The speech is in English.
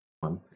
one